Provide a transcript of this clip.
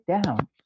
down